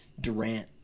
Durant